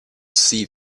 see